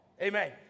Amen